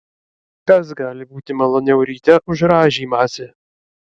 kas gali būti maloniau ryte už rąžymąsi